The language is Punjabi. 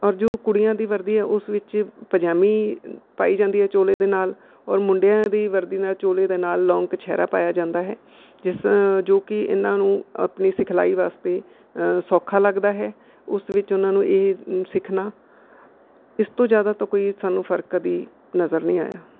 ਔਰ ਜੋ ਕੁੜੀਆਂ ਦੀ ਵਰਦੀ ਹੈ ਉਸ ਵਿੱਚ ਪਜਾਮੀ ਪਾਈ ਜਾਂਦੀ ਹੈ ਚੋਲੇ ਦੇ ਨਾਲ ਔਰ ਮੁੰਡਿਆਂ ਦੀ ਵਰਦੀ ਨਾਲ ਚੋਲੇ ਦੇ ਨਾਲ ਲੌਂਗ ਕਛਹਿਰਾ ਪਾਇਆ ਜਾਂਦਾ ਹੈ ਜਿਸ ਜੋ ਕਿ ਇਹਨਾਂ ਨੂੰ ਆਪਣੀ ਸਿਖਲਾਈ ਵਾਸਤੇ ਸੌਖਾ ਲੱਗਦਾ ਹੈ ਉਸ ਵਿੱਚ ਉਹਨਾਂ ਨੂੰ ਇਹ ਸਿੱਖਣਾ ਇਸ ਤੋਂ ਜ਼ਿਆਦਾ ਤਾਂ ਕੋਈ ਸਾਨੂੰ ਫਰਕ ਕਦੀ ਨਜ਼ਰ ਨਹੀਂ ਆਇਆ